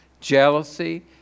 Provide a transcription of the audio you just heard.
jealousy